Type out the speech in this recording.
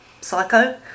psycho